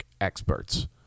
experts